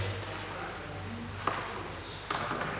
Hvala